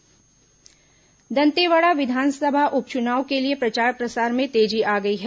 दंतेवाड़ा उप चुनाव दंतेवाड़ा विधानसभा उप चुनाव के लिए प्रचार प्रसार में तेजी आ गई है